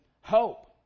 hope